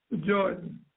Jordan